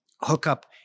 Hookup